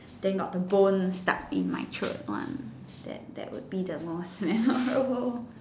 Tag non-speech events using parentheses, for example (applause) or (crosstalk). then got the bone stuck in my throat one that that would be the most memorable (laughs)